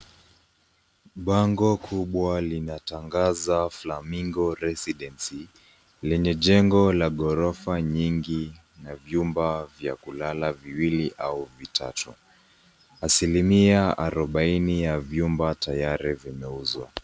Bango kubwa lina tangaza flamingo residence , lenye jengo la ghorofa nyingi na vyumba vya kulala viwili au vitatu. Asilimia arubaini ya vyumba tayari vimeuzwa.